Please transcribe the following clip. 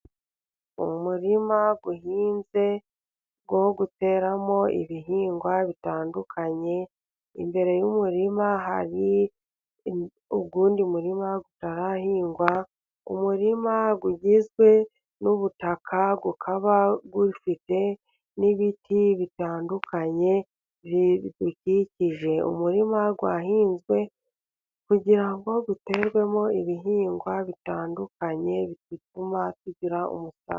Umurima uhinze wo guteramo ibihingwa bitandukanye, imbere y'umurima hari uwundi murima utarahingwa, umurima ugizwe n'ubutaka ukaba ufite n'ibiti bitandukanye biwukikije. Umurima wahinzwe kugira ngo uterwemo ibihingwa bitandukanye, bituma tugira umusaruro.